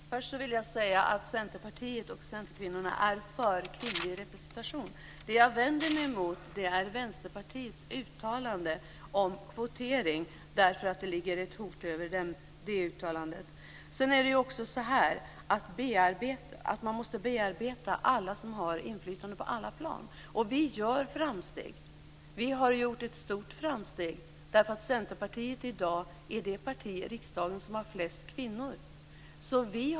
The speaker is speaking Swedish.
Herr talman! Först vill jag säga att Centerpartiet och Centerkvinnorna är för kvinnlig representation. Det jag vänder mig mot är Vänsterpartiets uttalande om kvotering, därför att det ligger ett hot över det uttalandet. Man måste också bearbeta alla som har inflytande på alla plan. Vi gör framsteg. Vi har gjort ett stort framsteg, därför att Centerpartiet är i dag det parti i riksdagen som har flest kvinnor.